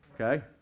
okay